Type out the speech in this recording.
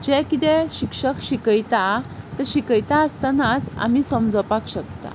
जें कितें शिक्षक शिकयता तें शिकयता आसतनाच आमी समजोपाक शकता